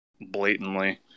blatantly